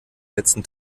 letzten